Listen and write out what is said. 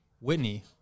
Whitney